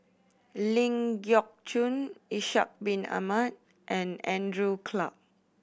Ling Geok Choon Ishak Bin Ahmad and Andrew Clarke